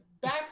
back